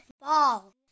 ball